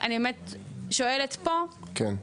אני באמת שואלת פה -- כן.